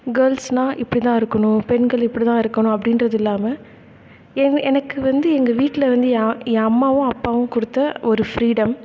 கேர்ள்ஸ்னால் இப்படிதான் இருக்கணும் பெண்கள் இப்படிதான் இருக்கணும் அப்படின்றது இல்லாமல் எவ எனக்கு வந்து எங்கள் வீட்டில் வந்து என் என் அம்மாவும் அப்பாவும் கொடுத்த ஒரு ஃப்ரீடம்